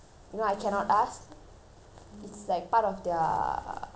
it's like part of their I don't know agreements ah